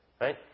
Right